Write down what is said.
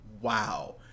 wow